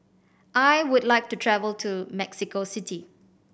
I would like to travel to Mexico City